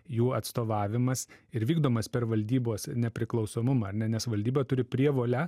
jų atstovavimas ir vykdomas per valdybos nepriklausomumą ar ne nes valdyba turi prievolę